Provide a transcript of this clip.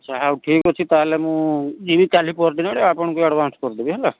ହଉ ଠିକଅଛି ତାହାଲେ ମୁଁ ଯିବି କାଲି ପହରଦିନ ଆଡ଼କୁ ଆପଣଙ୍କୁ ଆଡଭାନ୍ସ କରିଦେବି ହେଲା